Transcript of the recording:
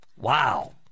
Wow